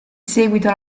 seguito